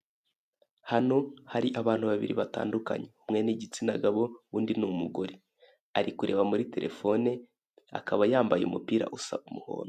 Hari abantu babiri batandukanye umwe ni igitsina gabo undi ni umugore ari kureba muri telefone akaba yambaye umupira usa umuhondo.